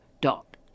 dot